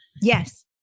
Yes